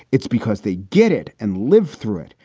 it's because they get it and live through it.